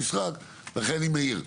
לכן אני מעיר.